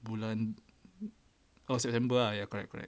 bulan oh september ya correct correct